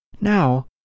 Now